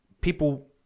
people